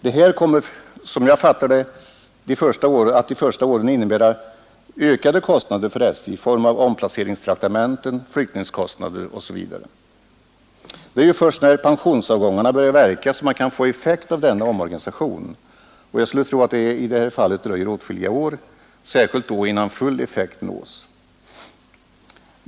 Detta kommer, såsom jag fattar det, att under de första åren innebära ökade kostnader för SJ i form av omplaceringstraktamenten, flyttningskostnader osv. Det är först när pensionsavgångarna börjar verka som man kan få effekt av denna omorganisation. Jag skulle tro att det i detta fall dröjer åtskilliga år, i varje fall innan full effekt nås.